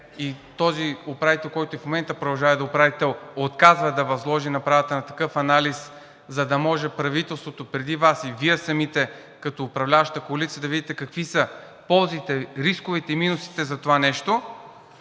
и този управител, който в момента продължава да е управител и отказва да възложи направата на такъв анализ, за да може правителството преди Вас и Вие самите като управляваща коалиция да видите какви са ползите, рисковете и минусите за това нещо.